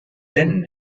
denn